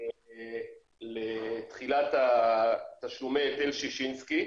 לתחילת תשלומי היטל ששינסקי,